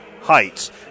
Heights